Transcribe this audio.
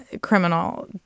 criminal